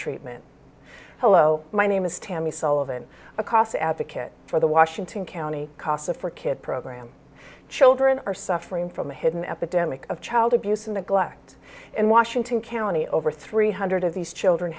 treatment hello my name is tammy sullivan a cost advocate for the washington county casa for kid program children are suffering from a hidden epidemic of child abuse and neglect in washington county over three hundred of these children